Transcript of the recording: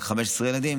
רק 15 ילדים.